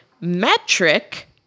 Metric